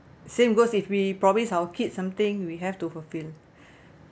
same goes if we promise our kid something we have to fulfill